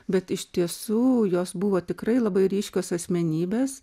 bet iš tiesų jos buvo tikrai labai ryškios asmenybės